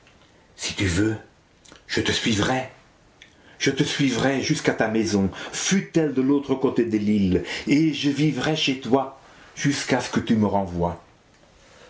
si tu veux je te suivrai je te suivrai jusqu'à ta maison fût-elle de l'autre côté de l'île et je vivrai chez toi jusqu'à ce que tu me renvoies